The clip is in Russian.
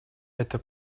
это